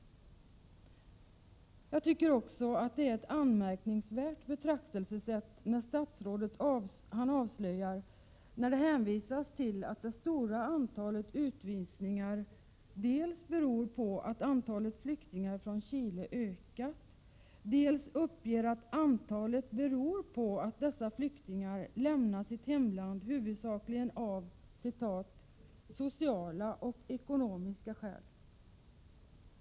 Statsrådet avslöjar ett anmärkningsyärt betraktelsesätt när han hänvisar till att det stora antalet utvisningar-beror på att antalet flyktingar från Chile har ökat och uppger att det stora antalet asylsökande beror på att människor lämnar sitt hemland huvudsakligen av ”sociala och ekonomiska skäl”.